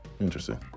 interesting